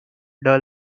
dull